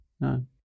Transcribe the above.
no